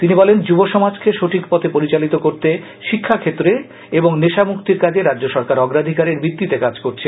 তিনি বলেন যুব সমাজকে সঠিক পথে পরিচালিত করতে শিক্ষাক্ষেত্রে নেশামুক্তির কাজে রাজ্য সরকার অগ্রাধিকারের ভিত্তিতে কাজ করছে